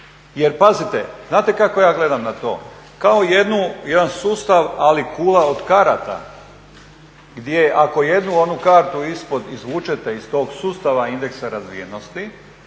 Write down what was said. Jer pazite znate kako ja gledam na to, kao jedan sustav ali kula od karata gdje ako jednu onu kartu ispod izvučete iz tog sustava indeksa razvijenosti